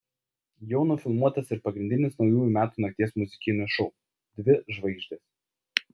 jau nufilmuotas ir pagrindinis naujųjų metų nakties muzikinis šou dvi žvaigždės